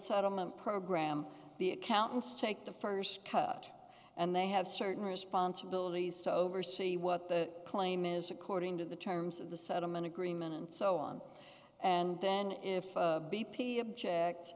settlement program the accountants take the first cut and they have certain responsibilities to oversee what the claim is according to the terms of the settlement agreement and so on and then if b p object